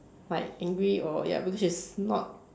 like angry or ya because she's not